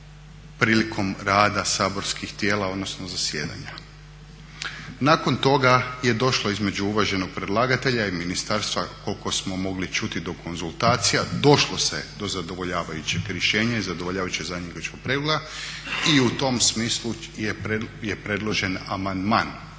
prilikom rada saborskih tijela odnosno zasjedanja. Nakon toga je došlo između uvaženog predlagatelja i ministarstva koliko smo mogli čuti do konzultacija, došlo se do zadovoljavajućeg rješenja i zadovoljavajućeg zajedničkog pregleda i u tom smislu je predložen amandman.